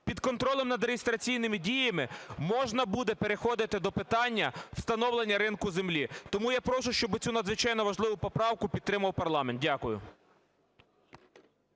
під контролем над реєстраційними діями, можна буде переходити до питання встановлення ринку землі. Тому я прошу, щоб цю надзвичайно важливу поправку підтримав парламент. Дякую.